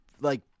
like-